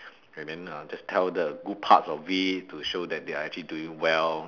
and then uh just tell the good parts of it to show that they are actually doing very well